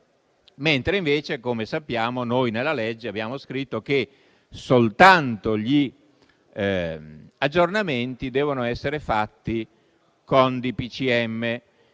mentre come sappiamo noi nella legge abbiamo scritto che soltanto gli aggiornamenti devono essere fatti con DPCM.